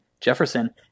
Jefferson